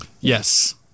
Yes